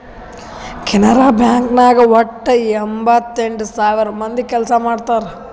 Canara bank ನಾಗ್ ವಟ್ಟ ಎಂಭತ್ತೆಂಟ್ ಸಾವಿರ ಮಂದಿ ಕೆಲ್ಸಾ ಮಾಡ್ತಾರ್